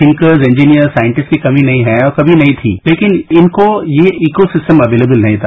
thinkers engineer scientist की कमी नहीं है और कभी नहीं थी लेकिन इनको ये इको सिस्टम एवेलेबल नहीं था